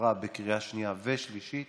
עברה בקריאה שנייה ושלישית